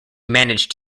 managed